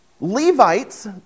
Levites